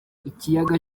ikiyaga